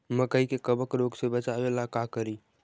मकई के कबक रोग से बचाबे ला का करि?